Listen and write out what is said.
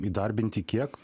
įdarbinti kiek